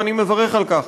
ואני מברך על כך.